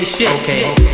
Okay